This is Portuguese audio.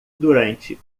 durante